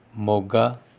Moga